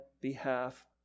behalf